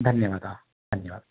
धन्यवादः धन्यवादः